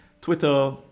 Twitter